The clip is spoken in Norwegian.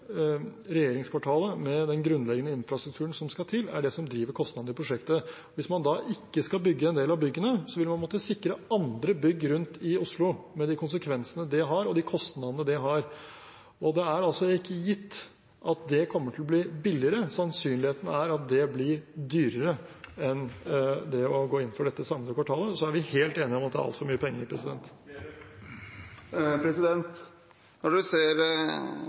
regjeringskvartalet med den grunnleggende infrastrukturen som skal til, er det som driver kostnadene i prosjektet. Hvis man ikke skal bygge en del av byggene, vil man måtte sikre andre bygg rundt i Oslo, med de konsekvensene og kostnadene det har. Det er altså ikke gitt at det kommer til å bli billigere. Sannsynligheten er at det blir dyrere enn å gå inn for dette samlede kvartalet. Så er vi helt enige om at det er altfor mye penger. Når man ser